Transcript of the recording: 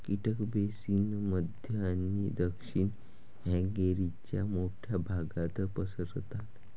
कीटक बेसिन मध्य आणि दक्षिण हंगेरीच्या मोठ्या भागात पसरतात